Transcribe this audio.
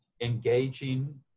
engaging